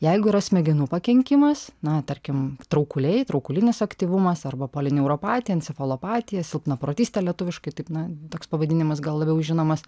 jeigu yra smegenų pakenkimas na tarkim traukuliai traukulinis aktyvumas arba polineuropatija encefalopatija silpnaprotystė lietuviškai taip na toks pavadinimas gal labiau žinomas